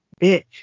Bitch